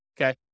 okay